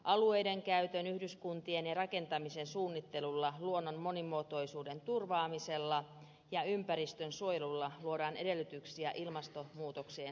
alueiden käytön yhdyskuntien ja rakentamisen suunnittelulla luonnon monimuotoisuuden turvaamisella ja ympäristön suojelulla luodaan edellytyksiä ilmastonmuutokseen sopeutumiselle